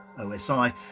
OSI